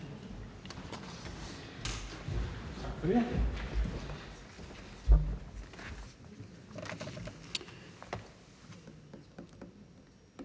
Tak for ordet.